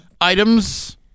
items